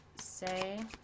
say